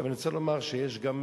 אני רוצה לומר שיש גם מקרים,